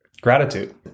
gratitude